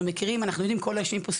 כל האנשים שיושבים פה,